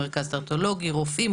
רופאים,